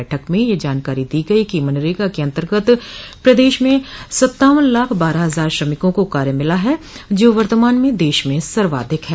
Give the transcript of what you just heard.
बैठक में यह जानकारी दी गई कि मनरेगा के अन्तर्गत प्रदेश में सत्तावन लाख बारह हजार श्रमिकों को कार्य मिला है जो वर्तमान में देश में सर्वाधिक है